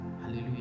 hallelujah